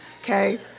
okay